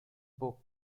book